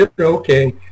okay